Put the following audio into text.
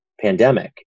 pandemic